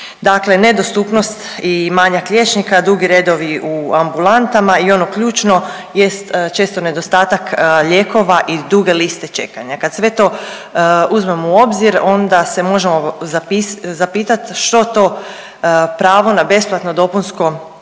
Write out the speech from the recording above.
Dakle nedostupnost i manjak liječnika, dugi redovi u ambulantama i ono ključno jest često nedostatak lijekova i duge liste čekanja. Kad sve to uzmemo u obzir onda se možemo zapitati što to pravo na besplatno dopunsko